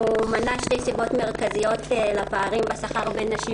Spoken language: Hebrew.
מנה שתי סיבות מרכזיות לפערים בשכר בין נשים